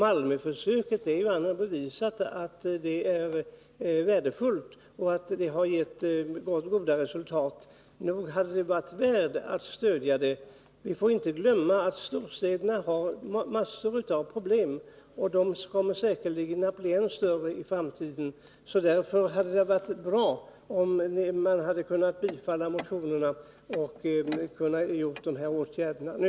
Det är ju bevisat att Malmöförsöket är värdefullt och att man har nått goda resultat. Nog borde det här förslaget vara värt att stödjas. Vi får inte glömma att storstäderna har stora problem, och de kommer säkerligen att bli än större i framtiden. Därför hade det varit bra om man kunnat bifalla motionerna, så att åtgärderna kunnat vidtas nu.